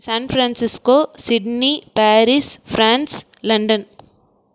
Sun Francisco Sydney Paris France London